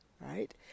Right